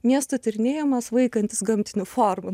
miesto tyrinėjimas vaikantis gamtinių formų